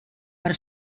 per